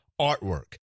artwork